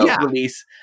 release